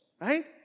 right